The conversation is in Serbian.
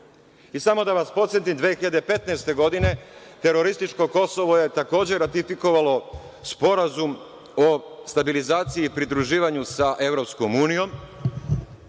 da vas podsetim, 2015. godine terorističko Kosovo je takođe ratifikovalo Sporazum o stabilizaciju i pridruživanju sa EU